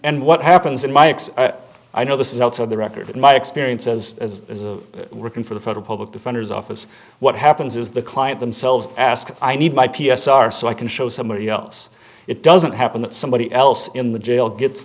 and what happens in my x i know this is also the record in my experience as working for the federal public defender's office what happens is the client themselves ask i need my p s r so i can show somebody else it doesn't happen that somebody else in the jail gets